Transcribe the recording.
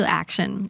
action